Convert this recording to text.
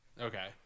Okay